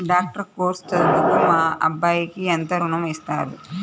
Doctor course చదువుటకు మా అబ్బాయికి ఎంత ఋణం ఇస్తారు?